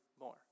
more